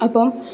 അപ്പം